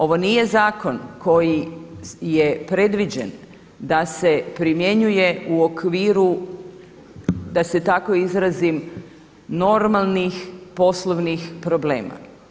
Ovo nije zakon koji je predviđen da se primjenjuje u okviru da se tako izrazim normalnih poslovnih problema.